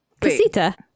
casita